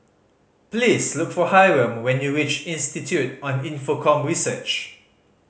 please look for Hyrum when you reach Institute on Infocomm Research